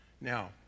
Now